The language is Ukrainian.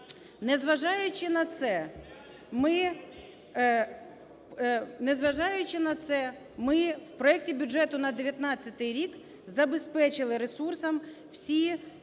незважаючи на це, ми в проекті бюджету на 2019 рік забезпечили ресурсом всі